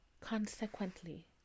consequently